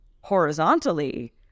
horizontally